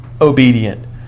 obedient